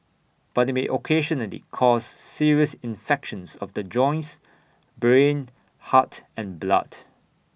but they may occasionally cause serious infections of the joints brain heart and blood